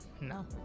no